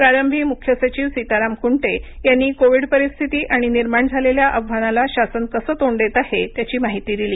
प्रारंभी मुख्य सचिव सीताराम कुंटे यांनी कोविड परिस्थिती आणि निर्माण झालेल्या आव्हानाला शासन कसं तोंड देत आहे त्याची माहिती दिली